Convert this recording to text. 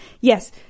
Yes